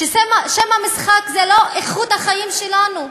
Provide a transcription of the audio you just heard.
שֵם המשחק הוא לא איכות החיים שלנו,